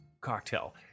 cocktail